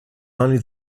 only